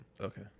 Okay